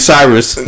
Cyrus